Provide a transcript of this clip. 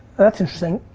that's interesting,